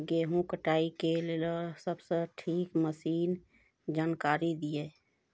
गेहूँ कटाई के लेल सबसे नीक मसीनऽक जानकारी दियो?